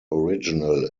original